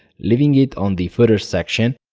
leaving it on the footer section,